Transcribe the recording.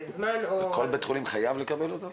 כל בית חולים חייב לקבל אותו?